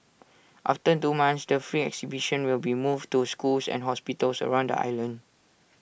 after two months the free exhibition will be moved to schools and hospitals around the island